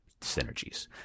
synergies